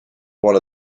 one